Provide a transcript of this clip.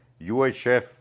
UHF